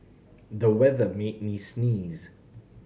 the weather made me sneeze